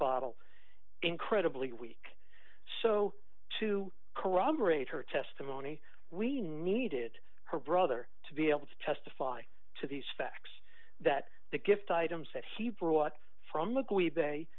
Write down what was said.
bottle incredibly weak so to corroborate her testimony we needed her brother to be able to testify to these facts that the gift items that he brought from